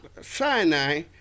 sinai